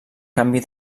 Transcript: canvi